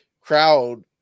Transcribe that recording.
crowd